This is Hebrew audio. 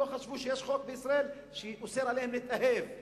לא חשבו שיש חוק בישראל שאוסר עליהם להתאהב,